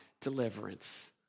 deliverance